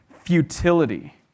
futility